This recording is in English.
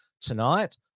tonight